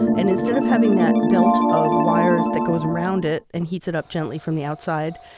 and instead of having that belt of wires that goes around it and heats it up gently from the outside,